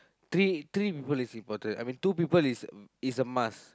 three three people is important I mean two people is is a must